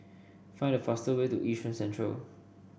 find the fast way to Yishun Central